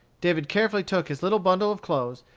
david carefully took his little bundle of clothes,